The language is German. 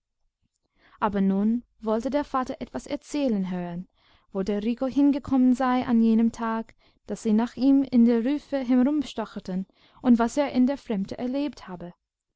aber nun wollte der vater etwas erzählen hören wo der rico hingekommen sei an jenem tage da sie nach ihm in der rüfe herumstocherten und was er in der fremde erlebt habe